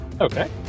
okay